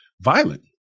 violent